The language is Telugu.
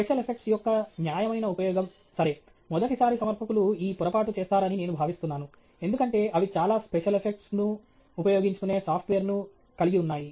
స్పెషల్ ఎఫెక్ట్స్ యొక్క న్యాయమైన ఉపయోగం సరే మొదటిసారి సమర్పకులు ఈ పొరపాటు చేస్థారని నేను భావిస్తున్నాను ఎందుకంటే అవి చాలా స్పెషల్ ఎఫెక్ట్స్ ను ఉపయోగించుకునే సాఫ్ట్వేర్ను కలిగి ఉన్నాయి